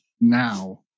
now